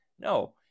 no